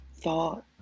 thought